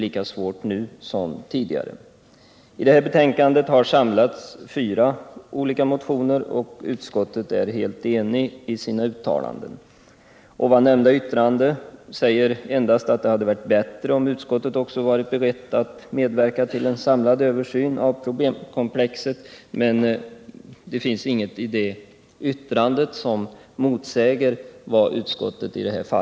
I betänkandet behandlas fyra olika motioner, och utskottet är helt enigt i sina uttalanden. I det nyss nämnda yttrandet sägs endast att det hade varit bättre, om utskottet också hade varit berett att medverka till en samlad översyn av problemkomplexet. I yttrandet anförs dock inget som motsäger vad utskottet har redovisat.